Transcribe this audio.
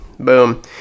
Boom